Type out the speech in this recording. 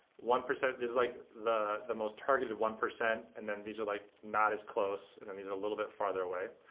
one percent is like the the most targeted one percent and then these are, like, not as close, and then these are a little bit farther away.